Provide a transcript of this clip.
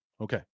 Okay